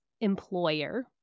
employer